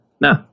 no